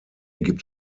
gibt